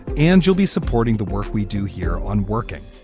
and you'll be supporting the work we do here on working.